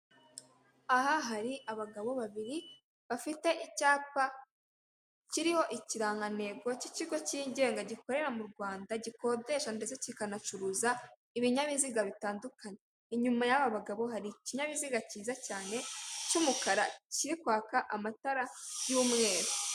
Aha hari abagabo babiri, bafite icyapa kiriho ikirangantego cy'ikigo cyigenga gikorera mu Rwanda gikodesha, ndetse kikanacuruza ibinyabiziga bitandukanye, inyuma y'abo bagabo hari ikinyabiziga cyiza cyane cy'umukara kiri kwaka amatara y'umweru.